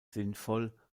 sinnvoll